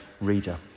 reader